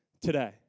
today